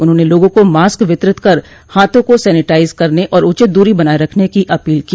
उन्होंने लोगों को मॉस्क वितरित कर हाथों को सेनेटाइज करने और उचित दूरी बनाये रखने की अपील को